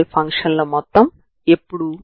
ఇది మీ అవుతుంది మరియు 0 కి సమానం అవుతుంది